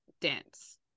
dance